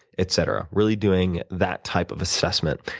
etc. really doing that type of assessment.